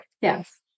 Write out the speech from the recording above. Yes